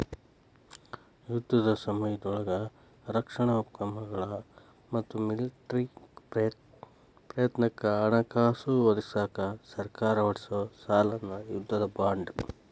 ಯುದ್ಧದ ಸಮಯದೊಳಗ ರಕ್ಷಣಾ ಉಪಕ್ರಮಗಳ ಮತ್ತ ಮಿಲಿಟರಿ ಪ್ರಯತ್ನಕ್ಕ ಹಣಕಾಸ ಒದಗಿಸಕ ಸರ್ಕಾರ ಹೊರಡಿಸೊ ಸಾಲನ ಯುದ್ಧದ ಬಾಂಡ್